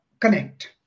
connect